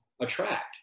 attract